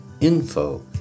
info